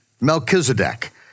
Melchizedek